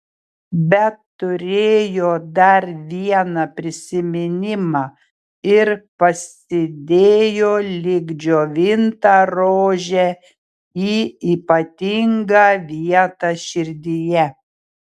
bet turėjo dar vieną prisiminimą ir pasidėjo lyg džiovintą rožę į ypatingą vietą širdyje